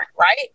right